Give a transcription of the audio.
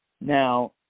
Now